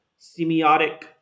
semiotic